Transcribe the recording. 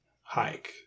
hike